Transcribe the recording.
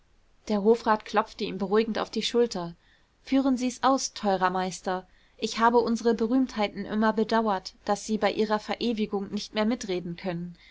der hofrat klopfte ihm beruhigend auf die schulter führen sie's aus teurer meister ich habe unsere berühmtheiten immer bedauert daß sie bei ihrer verewigung nicht mehr mitreden können